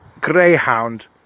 greyhound